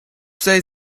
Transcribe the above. say